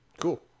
Cool